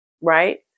right